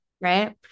right